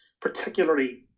particularly